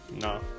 No